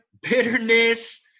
bitterness